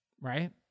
right